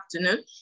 afternoon